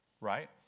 right